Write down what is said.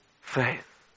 faith